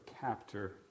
captor